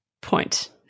point